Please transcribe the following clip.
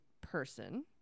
person